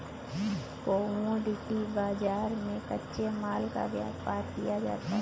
commodity बाजार में कच्चे माल का व्यापार किया जाता है